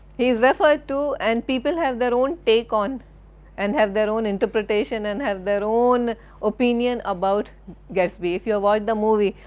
he is referred to, and people have their own take on and have their own interpretation and have their own opinion about gatsby if you have watched the movie.